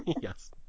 yes